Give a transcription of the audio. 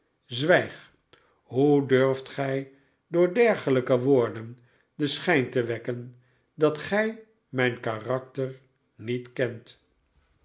zwijg hoe durft gij door dergelijke woorden den schijn te wekken dat gij mijn karakter niet kent